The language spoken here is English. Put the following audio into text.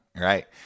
right